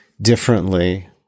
differently